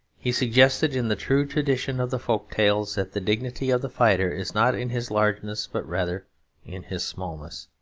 he suggested, in the true tradition of the folk-tales, that the dignity of the fighter is not in his largeness but rather in his smallness,